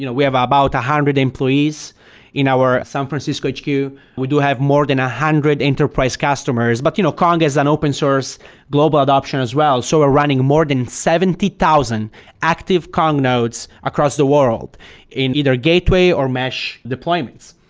you know we have ah about a hundred employees in our san francisco hq. we do have more than a hundred enterprise customers, but you know kong has an open source global adaption as well. so we're running more than seventy thousand active kong nodes across the world in either gateway or mesh deployments.